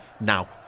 now